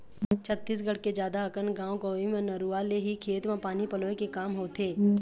छत्तीसगढ़ के जादा अकन गाँव गंवई म नरूवा ले ही खेत म पानी पलोय के काम होथे